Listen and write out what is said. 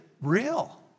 real